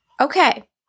Okay